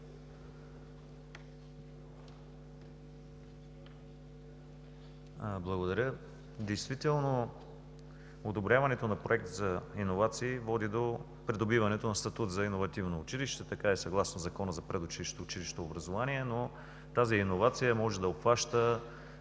Благодаря. Действително одобряването на проект за иновации води до придобиването на статут за иновативно училище. Така е съгласно Закона за предучилищното и училищното образование, но тази иновация може да обхваща